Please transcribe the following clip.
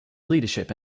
leadership